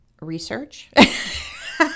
Research